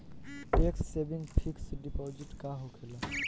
Tax saving fix deposit का होखे ला?